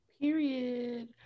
Period